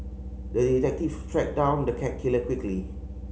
the detective tracked down the cat killer quickly